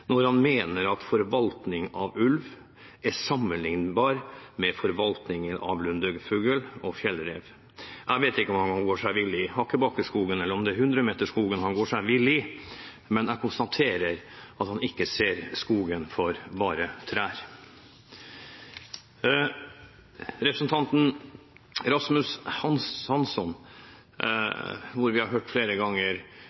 når han mener at forvaltning av ulv er sammenlignbart med forvaltning av lundefugl og fjellrev. Jeg vet ikke om han går seg vill i Hakkebakkeskogen eller i Hundremeterskogen, men jeg konstaterer at han ikke ser skogen for bare trær. Representanten Rasmus Hansson,